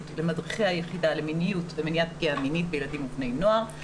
במדריכי היחידה למיניות ומניעת פגיעה מינית בילדים ובני נוער.